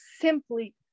simply